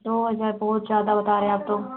दो हज़ार बहुत ज़्यादा बता रहें आप तो